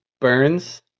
Burns